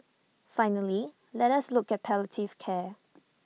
finally let us look at palliative care